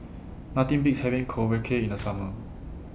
Nothing Beats having Korokke in The Summer